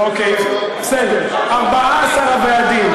אוקיי, בסדר, 14 הוועדים.